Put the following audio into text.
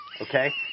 Okay